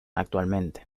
actualmente